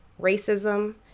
racism